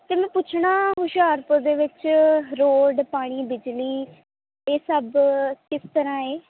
ਅਤੇ ਮੈਂ ਪੁੱਛਣਾ ਹੁਸ਼ਿਆਰਪੁਰ ਦੇ ਵਿੱਚ ਰੋਡ ਪਾਣੀ ਬਿਜਲੀ ਇਹ ਸਭ ਕਿਸ ਤਰ੍ਹਾਂ ਹੈ